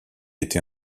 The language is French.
été